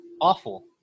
awful